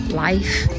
life